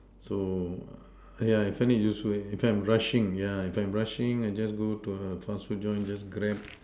so yeah I find it useful if I'm rushing yeah if I'm rushing I just go to a fast food joint just Grab